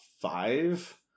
five